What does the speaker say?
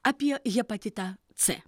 apie hepatitą c